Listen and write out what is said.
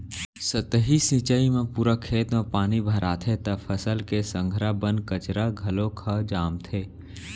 सतही सिंचई म पूरा खेत म पानी भराथे त फसल के संघरा बन कचरा घलोक ह जामथे